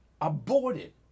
aborted